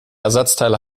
ersatzteil